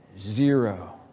Zero